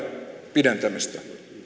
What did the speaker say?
pidentämistä